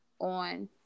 on